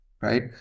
right